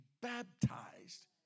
baptized